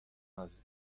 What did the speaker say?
aze